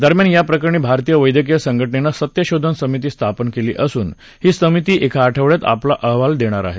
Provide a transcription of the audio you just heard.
दरम्यान या प्रकरणी भारतीय वैद्यकीय संघटनेनं सत्यशोधन समिती स्थापन केली असून ही समिती एका आठवड्यात आपला अहवाल देणार आहे